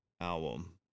album